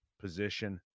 position